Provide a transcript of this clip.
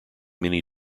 many